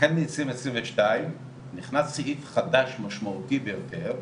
החל מ-2022 נכנס סעיף חדש משמעותי ביותר,